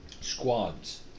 squads